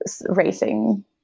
racing